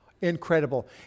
Incredible